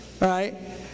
right